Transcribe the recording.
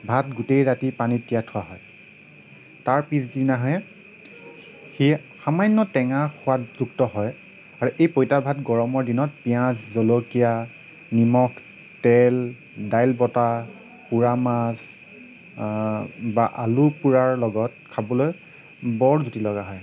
ভাত গোটেই ৰাতি পানীত তিয়াই থোৱা হয় তাৰ পিছদিনাহে সেই সামান্য টেঙা সোৱাদযুক্ত হয় আৰু এই পইতা ভাত গৰমৰ দিনত পিঁয়াজ জলকীয়া নিমখ তেল দাইলবটা পোৰা মাছ বা আলু পোৰাৰ লগত খাবলৈ বৰ জুতি লগা হয়